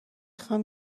خوام